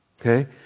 okay